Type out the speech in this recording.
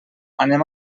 anem